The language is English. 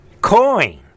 coin